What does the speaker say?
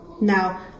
Now